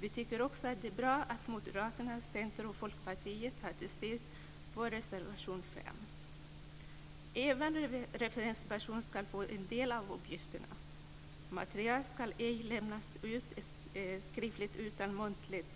Vi tycker också att det är bra att Moderaterna, Centern och Folkpartiet ger sitt stöd åt reservation 5. Även referenspersonen ska få ta del av uppgifterna. Material ska ej lämnas ut skriftligt, utan muntligt